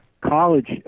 college